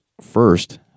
first